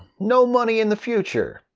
no money in the future.